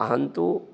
अहन्तु